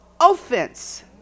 offense